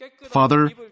Father